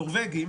"נורבגים",